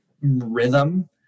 rhythm